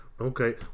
okay